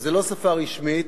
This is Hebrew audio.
וזו לא שפה רשמית,